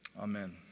Amen